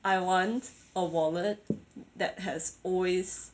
I want a wallet that has always